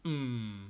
mm